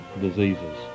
diseases